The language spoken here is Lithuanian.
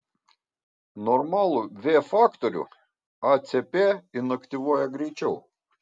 normalų v faktorių acp inaktyvuoja greičiau